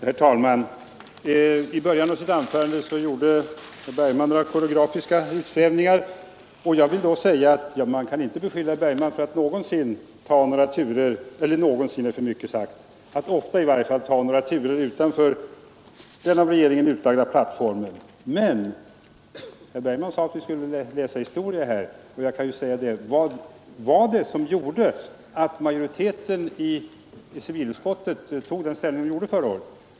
Herr talman! I början av sitt anförande gjorde herr Bergman några koreografiska utsvävningar. Jag vill säga att man inte kan beskylla herr Bergman för att ofta ta några turer utanför den av regeringen utlagda plattformen. Herr Bergman sade att vi skall läsa historia i detta sammanhang, och jag vill då fråga vad det var som gjorde att majoriteten i civilutskottet intog den ställning som den bestämde sig för förra året.